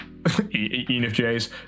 ENFJs